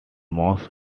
most